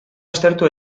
aztertu